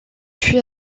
fut